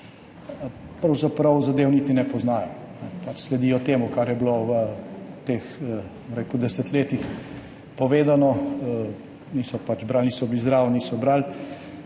pravzaprav zadev niti ne poznajo, pač sledijo temu, kar je bilo v teh desetletjih povedano, niso bili zraven, niso brali.